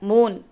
Moon